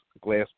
glass